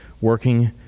working